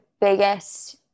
biggest